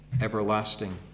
everlasting